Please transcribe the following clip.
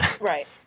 Right